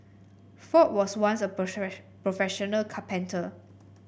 ford was once a professional carpenter